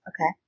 Okay